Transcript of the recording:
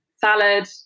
Salad